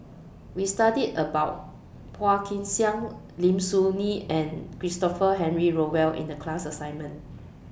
We studied about Phua Kin Siang Lim Soo Ngee and Christopher Henry Rothwell in The class assignment